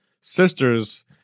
sister's